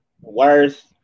worse